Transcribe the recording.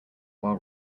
while